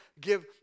give